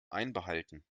einbehalten